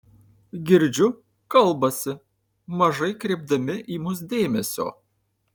girdžiu kalbasi mažai kreipdami į mus dėmesio